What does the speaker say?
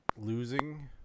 losing